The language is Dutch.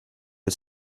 het